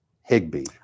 Higby